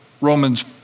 Romans